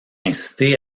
inciter